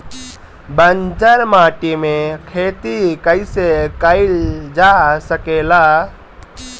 बंजर माटी में खेती कईसे कईल जा सकेला?